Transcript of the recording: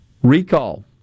Recall